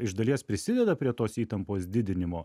iš dalies prisideda prie tos įtampos didinimo